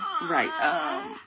right